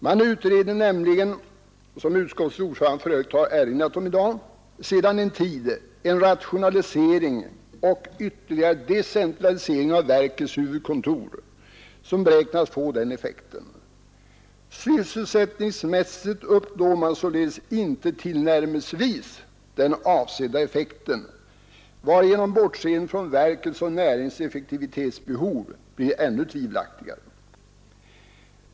Som utskottets ordförande redan tidigare i dag har erinrat om utreder man nämligen sedan en tid en rationalisering och en ytterligare decentralisering av verkets huvudkontor, som beräknas få den effekten. Sysselsättningsmässigt uppnår man således inte tillnärmelsevis den avsedda effekten, varigenom bortseendet från verkets och näringens effektivitetsbehov blir ännu mera tvivelaktigt.